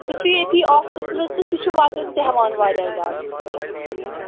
سُہ چھُ ییٚتی آفَسَس منٛز تہٕ سُہ چھُ وَدُن تہِ ہٮ۪وان واریاہ زیادٕ